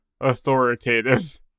authoritative